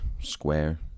square